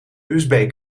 usb